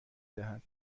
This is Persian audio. دهد